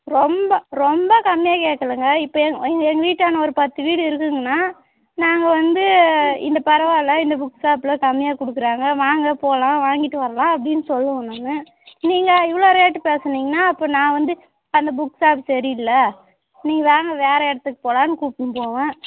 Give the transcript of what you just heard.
ரொம்ப ரொம்ப கம்மியாக கேட்கலங்க இப்போ எங் எங்கள் எங்கள் வீட்டாண்ட ஒரு பத்து வீடு இருக்குதுங்கன்னா நாங்கள் வந்து இது பரவால்ல இந்த புக் ஷாப்பில் கம்மியாக கொடுக்குறாங்க வாங்க போகலாம் வாங்கிகிட்டு வரலாம் அப்படின்னு சொல்லுவேன் நான் நீங்கள் இவ்வளோ ரேட்டு பேசுனீங்கன்னா அப்போ நான் வந்து அந்த புக் ஷாப் சரியில்லை நீங்கள் வாங்க வேறு இடத்துக்கு போகலான்னு கூப்பிட்டுன்னு போவேன்